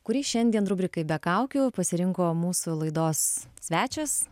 kurį šiandien rubrikai be kaukių pasirinko mūsų laidos svečias